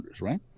right